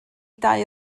dau